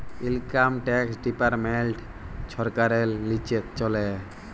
income tax department ছরকারের লিচে চলে